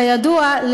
כידוע,